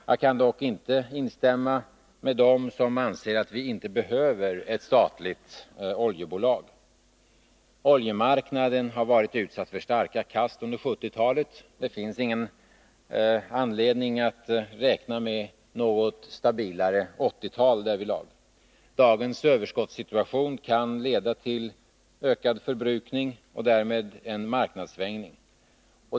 Jag kan dock inte instämma med dem som anser att vi inte behöver ett statligt oljebolag. Oljemarknaden har varit utsatt för starka kast under 1970-talet. Det finns ingen anledning att räkna med något stabilare 1980-tal därvidlag. Dagens överskottssituation kan leda till ökad förbrukning och därmed till en marknadssvängning.